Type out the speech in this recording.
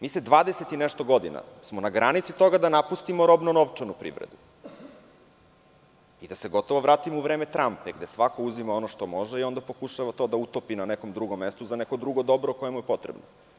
Mi smo 20 i nešto godina na granici toga da napustimo robnu novčanu privredu i da se gotovo vratimo u vreme trampe gde svako uzima ono što može i onda pokušava da to utopi na nekom drugom mestu za neko drugo dobro koja mu je potrebna.